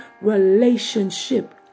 relationship